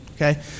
okay